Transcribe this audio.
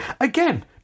Again